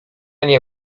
nie